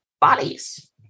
bodies